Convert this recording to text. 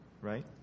right